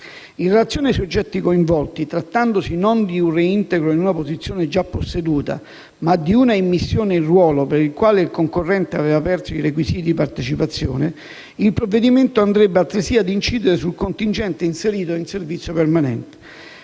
In relazione ai soggetti coinvolti, trattandosi non di un reintegro in una posizione già posseduta, ma di una immissione in ruolo per il quale il concorrente aveva perso i requisiti di partecipazione, il provvedimento andrebbe altresì ad incidere sul contingente inserito in servizio permanente.